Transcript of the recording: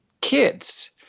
kids